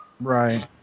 right